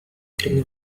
إنه